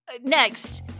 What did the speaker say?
Next